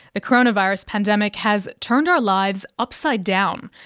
the coronavirus pandemic has turned our lives upside down,